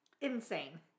Insane